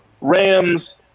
Rams